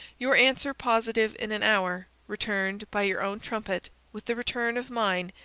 your answer positive in an hour, returned by your own trumpet, with the return of mine,